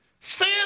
sin